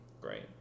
Great